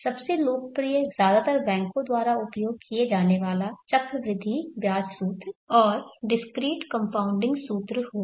सबसे लोकप्रिय ज्यादातर बैंकों द्वारा उपयोग किया जाने वाला चक्रवृद्धि ब्याज सूत्र और डिस्क्रीट कंपाउंडिंग सूत्र होगा